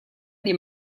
dei